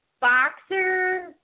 boxer